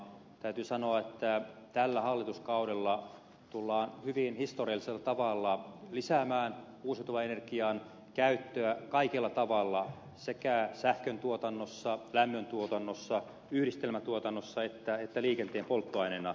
täytyy sanoa että tällä hallituskaudella tullaan hyvin historiallisella tavalla lisäämään uusiutuvan energian käyttöä kaikella tavalla sekä sähköntuotannossa lämmöntuotannossa yhdistelmätuotannossa että liikenteen polttoaineena